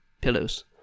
Pillows